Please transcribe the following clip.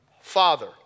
father